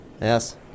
Yes